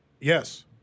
Yes